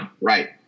Right